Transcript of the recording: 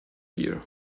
here